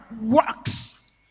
works